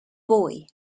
boy